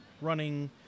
running